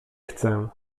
chcę